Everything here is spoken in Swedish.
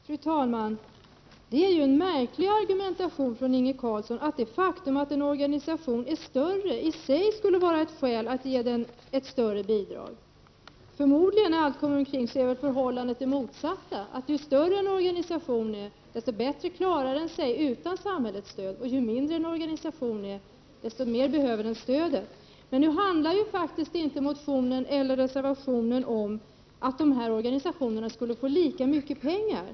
Fru talman! Det är en märklig argumentation som Inge Carlsson avänder sig av, att det faktum att en organisation är större skulle i sig vara ett skäl att ge den ett större bidrag. När allt kommer omkring är förmodligen förhållandet det motsatta, dvs. ju större en organisation är, desto bättre klarar den sig utan samhällets stöd och ju mindre en organisation är, desto mer behöver den stödjas. Nu yrkas det inte i reservationen att de här organisationerna skall få lika mycket pengar.